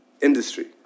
industry